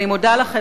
אני מודה לכם.